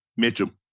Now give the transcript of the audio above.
Mitchum